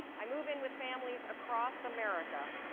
i move in with families across america